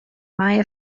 maya